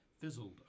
fizzled